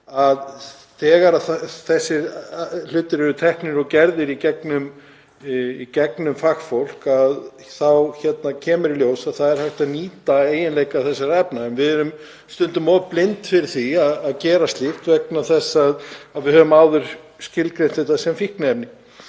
þessi efni eru tekin og rannsóknir gerðar í gegnum fagfólk kemur í ljós að hægt er að nýta eiginleika þessara efna. Við erum stundum of blind fyrir því að gera slíkt vegna þess að við höfum áður skilgreint þetta sem fíkniefni.